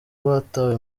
batawe